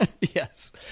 Yes